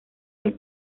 los